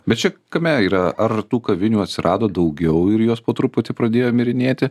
bet čia kame yra ar tų kavinių atsirado daugiau ir jos po truputį pradėjo mirinėti